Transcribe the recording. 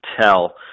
tell